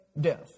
death